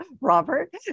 Robert